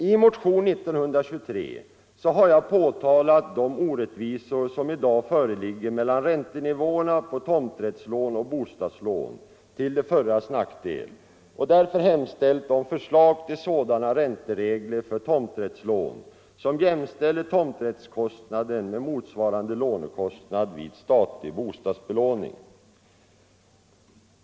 I motionen 1923 har jag påtalat de orättvisor som i dag föreligger när det gäller räntenivåerna på tomträttslån respektive bostadslån till de förras nackdel, och jag har hemställt om förslag till sådana ränteregler för tomträttslån som jämställer tomträttskostnaden med motsvarande lånekostnad vid statlig bostadsbelåning.